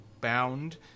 Bound